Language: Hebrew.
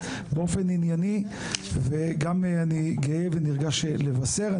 באופן ענייני וגם אני גאה ונרגש לבשר.